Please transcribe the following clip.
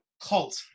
cult